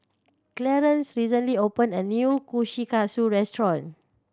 Clearence recently opened a new Kushikatsu restaurant